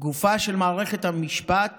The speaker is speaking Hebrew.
"גופה של מערכת המשפט